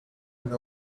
with